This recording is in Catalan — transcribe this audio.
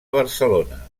barcelona